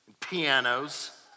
pianos